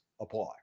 apply